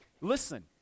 listen